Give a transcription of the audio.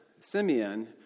Simeon